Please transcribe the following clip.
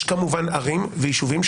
יש כמובן ערים ויישובים,